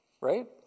Right